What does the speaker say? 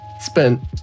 spent